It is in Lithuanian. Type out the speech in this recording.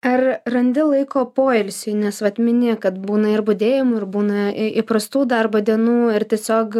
ar randi laiko poilsiui nes vat mini kad būna ir budėjimų ir būna įprastų darbo dienų ir tiesiog